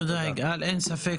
תודה, יושב הראש.